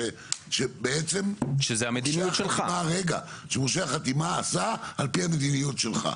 שבעצם מורשה החתימה עשה על פי המדיניות שלך.